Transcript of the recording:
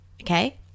Okay